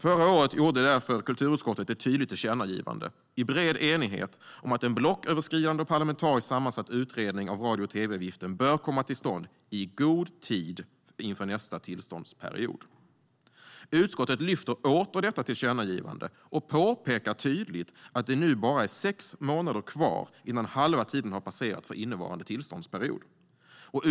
Förra året gjorde därför kulturutskottet ett tydligt tillkännagivande i bred enighet om att en blocköverskridande och parlamentariskt sammansatt utredning av radio och tv-avgiften bör komma till stånd i god tidUtskottet lyfter åter detta tillkännagivande och påpekar tydligt att det nu bara är sex månader kvar innan halva tiden för innevarande tillståndsperiod har passerat.